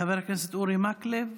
חבר הכנסת אורי מקלב,